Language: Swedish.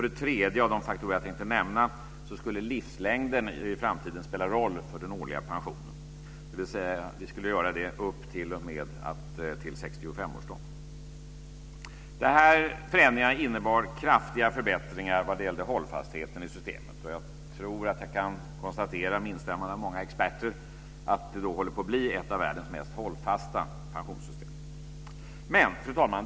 Den tredje av de faktorer jag tänkte nämna var att livslängden i framtiden skulle spela roll för den årliga pensionen upp till 65 Dessa förändringar innebar kraftiga förbättringar vad det gällde hållfastheten i systemet. Jag tror att jag kan konstatera, med instämmande av många experter, att det håller på att bli ett av världens mest hållfasta pensionssystem. Fru talman!